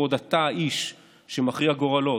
בעוד אתה האיש שמכריע גורלות.